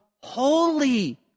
Holy